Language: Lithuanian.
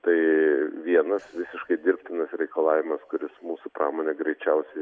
tai vienas visiškai dirbtinas reikalavimas kuris mūsų pramonę greičiausiai